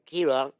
Kira